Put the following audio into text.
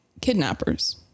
Kidnappers